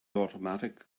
automatic